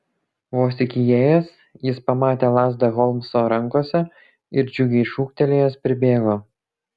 vos tik įėjęs jis pamatė lazdą holmso rankose ir džiugiai šūktelėjęs pribėgo